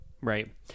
Right